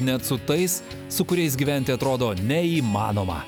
net su tais su kuriais gyventi atrodo neįmanoma